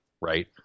right